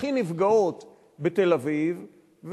הכי נפגעות בתל-אביב,